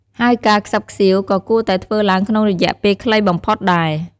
ហើយការខ្សឹបខ្សៀវក៏គួរតែធ្វើឡើងក្នុងរយៈពេលខ្លីបំផុតដែរ។